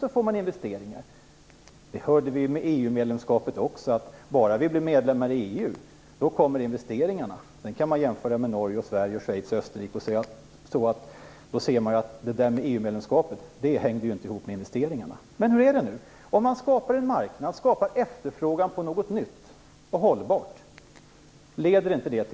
Vad gäller EU-medlemskapet hörde vi också att investeringarna skulle komma bara vi blev medlemmar i EU. Sedan kan man jämföra Norge, Sverige, Schweiz och Österrike. Då ser man att EU medlemskapet inte hängde ihop med investeringarna. Leder det inte till investeringar i samhället om man skapar en marknad och en efterfrågan på något nytt och hållbart?